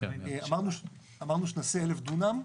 אמרנו שנעשה 1,000 דונם.